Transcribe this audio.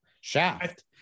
Shaft